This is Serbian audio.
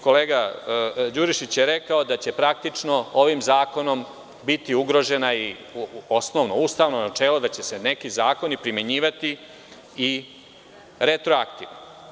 Kolega Đurišić je rekao da će praktično ovim zakonom biti ugrožena i osnovna ustavna načela, da će se neki zakoni primenjivati i retroaktivno.